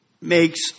makes